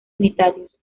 unitarios